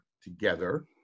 together